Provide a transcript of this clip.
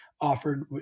offered